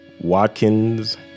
Watkins